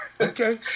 Okay